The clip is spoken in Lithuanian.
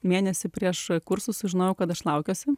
mėnesį prieš kursus sužinojau kad aš laukiuosi